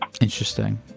Interesting